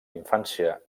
infància